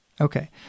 Okay